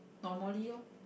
normally lor